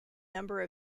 number